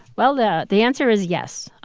well, the the answer is yes.